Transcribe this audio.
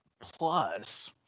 plus